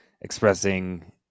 expressing